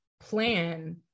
plan